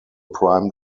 prime